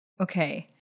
Okay